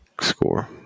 score